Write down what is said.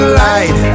light